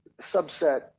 subset